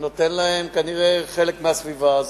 וזה כנראה חלק מהסביבה,